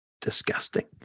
disgusting